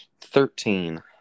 Thirteen